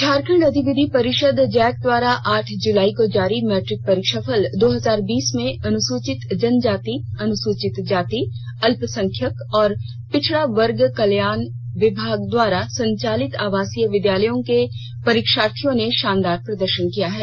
झारखंड अधिविद्य परिषद जैक द्वारा आठ जुलाई को जारी मैट्रिक परीक्षाफल दो हजार बीस में अनुसूचित जनजाति अनुसूचित जाति अल्पसंख्यक और पिछड़ा वर्ग कल्याण विभाग द्वारा संचालित आवासीय विद्यालयों के परीक्षार्थियों ने शानदार प्रदर्षन किया है